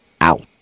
Out